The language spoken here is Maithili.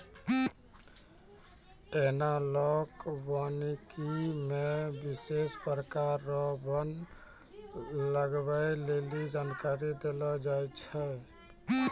एनालाँक वानिकी मे विशेष प्रकार रो वन लगबै लेली जानकारी देलो जाय छै